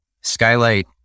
Skylight